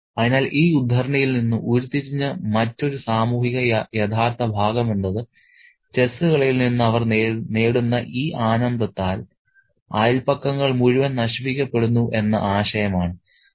അതിനാൽ ഈ ഉദ്ധരണിയിൽ നിന്ന് ഉരുത്തിരിഞ്ഞ മറ്റൊരു സാമൂഹിക യഥാർത്ഥ ഭാഗം എന്നത് ചെസ്സ് കളിയിൽ നിന്ന് അവർ നേടുന്ന ഈ ആനന്ദത്താൽ അയൽപക്കങ്ങൾ മുഴുവൻ നശിപ്പിക്കപ്പെടുന്നു എന്ന ആശയം ആണ്